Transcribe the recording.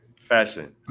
Fashion